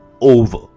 over